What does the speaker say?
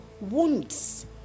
wounds